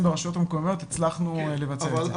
ברשויות המקומיות הצלחנו לבצע את זה.